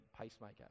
pacemaker